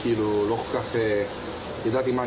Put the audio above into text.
היא מורכבת משתי קבוצות של נתונים: קבוצה אחת הם סקרים ארוכי